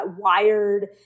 wired